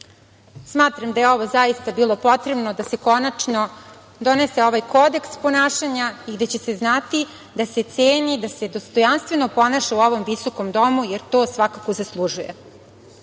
da je ovo zaista bilo potrebno, da se konačno donese ovaj kodeks ponašanja i da će se znati da se ceni, da se dostojanstveno ponaša u ovom visokom Domu, jer to svakako zaslužuje. Ono